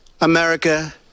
America